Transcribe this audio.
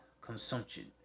consumption